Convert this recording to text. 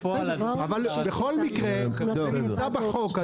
בכל מקרה זה נמצא בחוק.